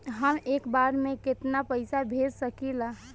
हम एक बार में केतना पैसा भेज सकिला?